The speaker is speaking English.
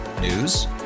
News